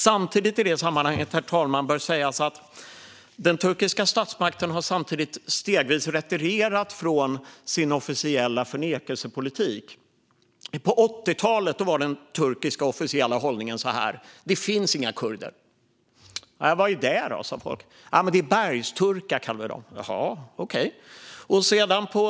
Samtidigt i det sammanhanget, herr talman, bör sägas att den turkiska statsmakten stegvis har retirerat från sin officiella förnekelsepolitik. På 80-talet var den turkiska officiella hållningen så här: Det finns inga kurder. Vad är de då? sa folk, och man svarade: Vi kallar dem för bergsturkar.